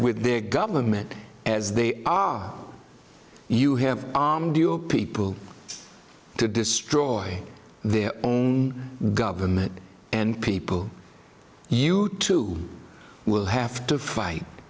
with their government as they are you have armed you people to destroy their own government and people you too will have to fight